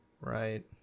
Right